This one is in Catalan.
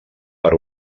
per